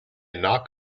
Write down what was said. knock